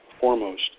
foremost